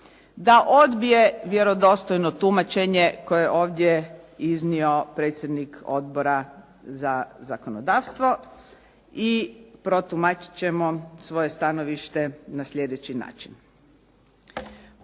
da odbije vjerodostojno tumačenje koje je ovdje iznio predsjednik Odbora za zakonodavstvo i protumačit ćemo svoje stanovište na sljedeći način.